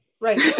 Right